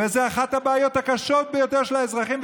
זו אחת הבעיות הקשות ביותר של האזרחים,